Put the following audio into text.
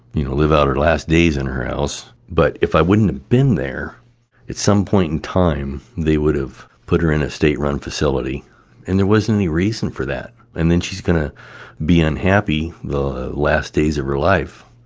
you know, live out her last days in her house but if i wouldn't have been there at some point in time, they would have put her in a state-run facility and there wasn't any reason for that and then she's going to be unhappy the last days of her life.